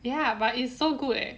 ya but it's so good eh